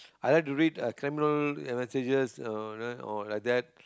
I love to read a criminal uh messages or uh you know or like that